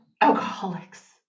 alcoholics